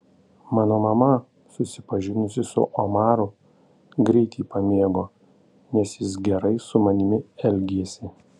mano mama susipažinusi su omaru greit jį pamėgo nes jis gerai su manimi elgėsi